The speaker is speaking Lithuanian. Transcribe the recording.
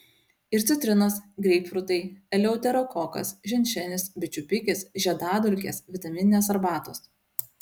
ir citrinos greipfrutai eleuterokokas ženšenis bičių pikis žiedadulkės vitamininės arbatos